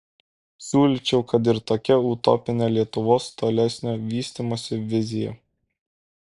siūlyčiau kad ir tokią utopinę lietuvos tolesnio vystymosi viziją